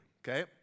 Okay